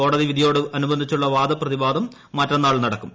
കോടതി വിധിയോടനുബന്ധിച്ചുള്ള വാദപ്രതിവാദം മറ്റന്നാൾ നടക്കും